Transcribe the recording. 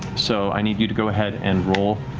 so i need you to go ahead and roll